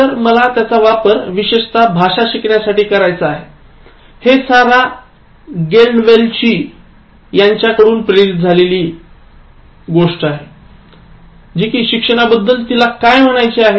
तर मला त्याचा वापर विशेषतः भाषा शिकण्यासाठी करायचा आहेहे सारा गॅल्डवेलची यांच्याकडून प्रेरित झाले आहे शिक्षणाबद्दल तिला काय म्हणायचे आहे